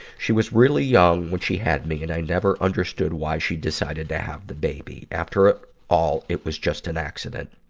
she was really young when she had me, and i never understood why she decided to have the baby. after all, it was just an accident.